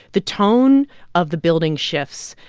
the tone of the building shifts,